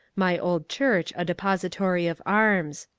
my old church a depository of arms.